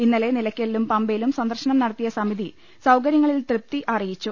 ഇന്നലെ നിലക്കലിലും പമ്പയിലും സന്ദർശനം നടത്തിയ സമിതി സൌകരൃങ്ങളിൽ തൃപ്തി അറിയിച്ചു